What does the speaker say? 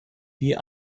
wie